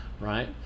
right